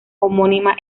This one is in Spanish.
homónima